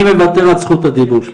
אני מוותר על זכות הדיבור שלי.